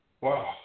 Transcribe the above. Wow